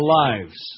lives